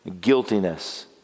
guiltiness